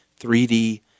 3D